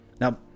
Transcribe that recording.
Now